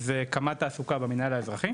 זה קמ"ד תעסוקה במנהל האזרחי,